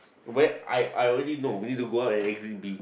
where I I already know we need to go out at exit B